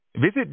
Visit